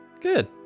Good